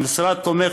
המשרד תומך,